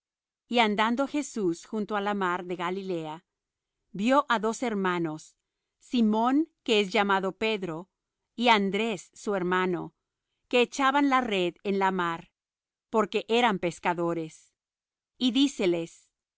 y andando jesús junto á la mar de galilea vió á dos hermanos simón que es llamado pedro y andrés su hermano que echaban la red en la mar porque eran pescadores y